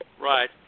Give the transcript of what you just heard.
Right